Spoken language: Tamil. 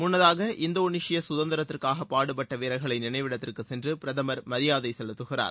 முன்னதாக இந்தோனேஷிய சுதந்திரத்திற்காக பாடுபட்ட வீரர்களின் நினைவிடத்திற்கு சென்று பிரதமர் மரியாதை செலுத்துகிறார்